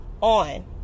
on